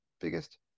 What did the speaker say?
biggest